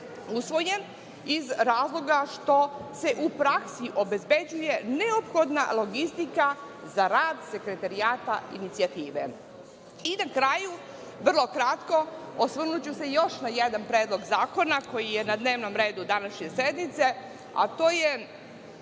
usvojen, iz razloga što se u praksi obezbeđuje neophodna logistika za rad sekretarijata inicijative. Na kraju, vrlo kratko, osvrnuću se na još jedan predlog zakona koji je na dnevnom redu današnje sednice, a to je